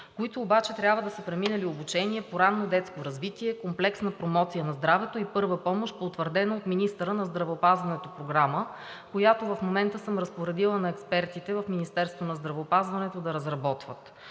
които обаче трябва да са преминали обучение по ранно детско развитие, комплексна промоция на здравето и първа помощ по утвърдена от министъра на здравеопазването програма, която в момента съм разпоредила на експертите в Министерството на здравеопазването да разработват.